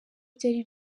byari